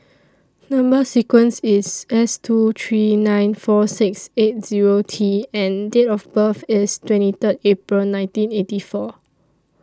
Number sequence IS S two three nine four six eighty Zero T and Date of birth IS twenty Third April nineteen eighty four